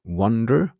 wonder